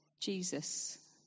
Jesus